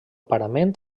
parament